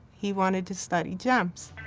he wanted to study gems.